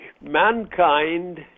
Mankind